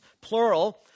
plural